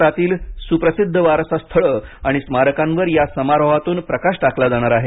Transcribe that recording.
भारतातील सुप्रसिद्ध वारसा स्थळं आणि स्मारकांवर या समारोहातून प्रकाश टाकला जाणार आहे